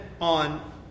on